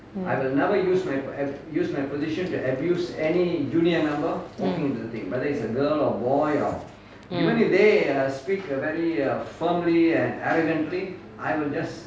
mm mm mm